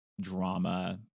drama